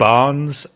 Barnes &